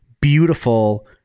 beautiful